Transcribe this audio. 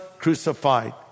crucified